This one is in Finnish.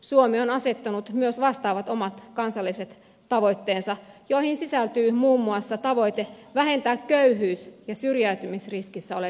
suomi on asettanut myös vastaavat omat kansalliset tavoitteensa joihin sisältyy muun muassa tavoite vähentää köyhyys ja syrjäytymisriskissä olevien määrää